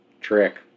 Trick